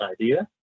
idea